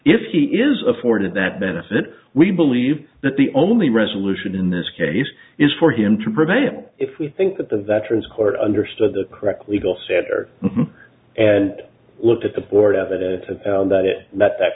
if he is afforded that benefit we believe that the only resolution in this case is for him to prevail if we think that the veterans court understood the correct legal center and looked at the board evidence of that it that that